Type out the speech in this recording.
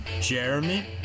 Jeremy